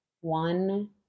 one